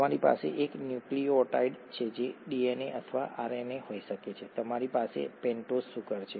તમારી પાસે એક ન્યુક્લિઓટાઇડ છે જે ડીએનએ અથવા આરએનએ હોઈ શકે છે તમારી પાસે પેન્ટોઝ સુગર છે